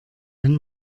wenn